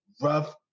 rough